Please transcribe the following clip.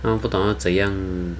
他们不懂要怎样